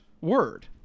word